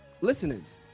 Listeners